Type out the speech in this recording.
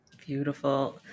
beautiful